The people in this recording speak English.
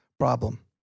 problem